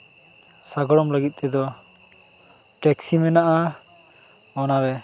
ᱥᱟᱜᱟᱲᱚᱢ ᱞᱟᱹᱜᱤᱫ ᱛᱮᱫᱚ ᱴᱮᱠᱥᱤ ᱢᱮᱱᱟᱜᱼᱟ ᱚᱱᱟᱨᱮ